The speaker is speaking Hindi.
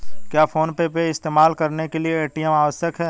क्या फोन पे ऐप इस्तेमाल करने के लिए ए.टी.एम आवश्यक है?